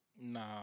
Nah